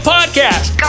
Podcast